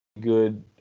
good